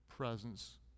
presence